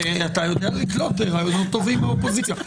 כי אתה יודע לקלוט רעיונות טובים מהאופוזיציה.